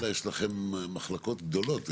יש לכם מחלקות גדולות.